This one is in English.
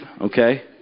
Okay